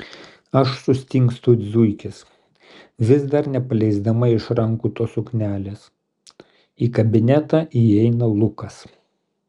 aš sustingstu it zuikis vis dar nepaleisdama iš rankų tos suknelės į kabinetą įeina lukas